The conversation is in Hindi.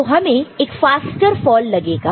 तो हमें एक फास्टर फ़ॉल लगेगा